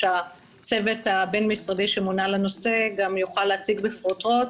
הצוות הבין-משרדי שמונה לנושא יוכל להציג בפרוטרוט